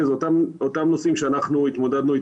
אלה אותם נושאים איתם אנחנו התמודדנו,